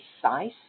precise